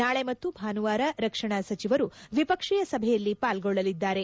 ನಾಳೆ ಮತ್ತು ಭಾನುವಾರ ರಕ್ಷಣಾ ಸಚಿವರು ದ್ವಿಪಕ್ಷೀಯ ಸಭೆಯಲ್ಲಿ ಪಾಲ್ಗೊಳ್ಳಲಿದ್ದಾರೆ